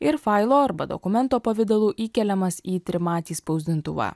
ir failo arba dokumento pavidalu įkeliamas į trimatį spausdintuvą